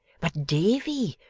but, davy,